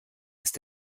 ist